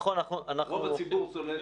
רוב הציבור צורך